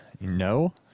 no